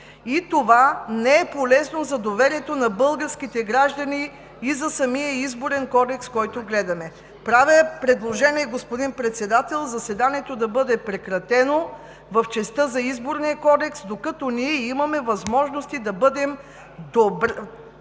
Това не е полезно за доверието на българските граждани и за самия Изборен кодекс, който гледаме. Правя предложение, господин Председател, заседанието да бъде прекратено в частта за Изборния кодекс, докато ние имаме възможности да бъдем с добри